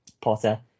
Potter